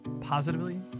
positively